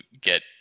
get